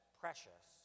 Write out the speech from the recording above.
precious